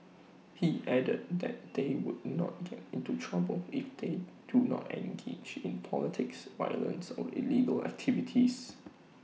he added that they would not get into trouble if they do not engage in politics violence or illegal activities